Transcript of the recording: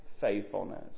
Faithfulness